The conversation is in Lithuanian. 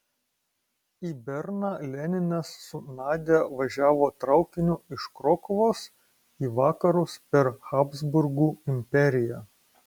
į berną leninas su nadia važiavo traukiniu iš krokuvos į vakarus per habsburgų imperiją